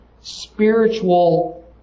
spiritual